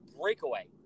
breakaway